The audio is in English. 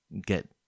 get